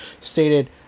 stated